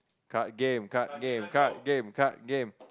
card game card game card game card game